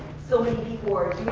so many people who are